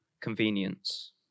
convenience